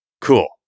Cool